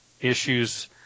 issues